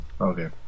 Okay